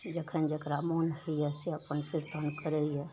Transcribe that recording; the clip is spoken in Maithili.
जखन जकरा मोन होइए से अपन किरतन करैए